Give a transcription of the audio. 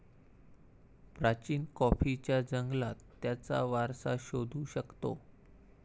प्राचीन कॉफीच्या जंगलात त्याचा वारसा शोधू शकतो